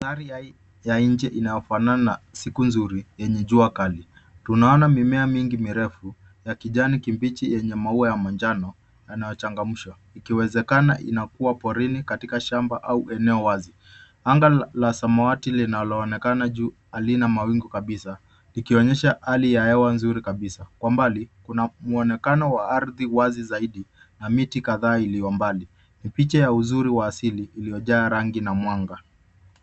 Mandhari ya nje inayofanana na siku nzuri yenye jua kali ,tunaona mimea mingi mirefu ya kijani kibichi yenye maua ya manjano yanayochangamsha ikiwezekana inakuwa porini katika shamba au eneo wazi ,anga la samawati lile linaloonekana juu halina mawingu kabisa ikionyesha hali ya hewa nzuri kabisa ,kwa mbali kuna muonekano wa ardhi wazi zaidi na miti kadhaa iliyo mbali picha ya uzuri wa asili iliyojaa rangi na mwanga.